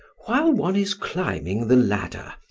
while one is climbing the ladder,